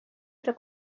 para